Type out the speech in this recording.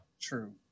True